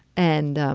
and